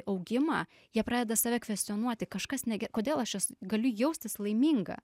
augimą jie pradeda save kvestionuoti kažkas nege kodėl aš es galiu jaustis laiminga